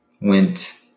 went